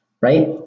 Right